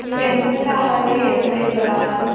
మీకు ఎంతకి కావాలి ఎంత రేటు లో కావాలి